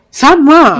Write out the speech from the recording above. sama